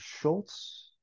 Schultz